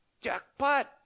jackpot